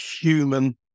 human